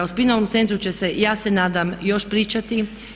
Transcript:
O spinalnom centru će se ja se nadam još pričati.